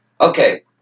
Okay